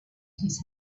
his